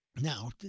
Now